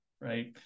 right